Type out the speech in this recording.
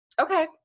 Okay